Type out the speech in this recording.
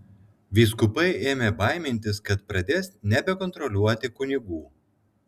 vyskupai ėmė baimintis kad pradės nebekontroliuoti kunigų